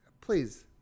please